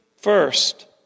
First